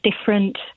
different